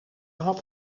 had